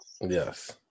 Yes